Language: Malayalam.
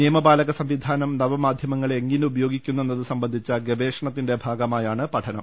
നിയമപാലക സംവിധാനം നവ മാധ്യമങ്ങളെ എങ്ങിനെ ഉപയോഗിക്കുന്നു എന്നത് സംബന്ധിച്ച ഗവേഷ ണ ത്തിന്റെ ഭാഗമായാണ് പഠനം